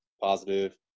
positive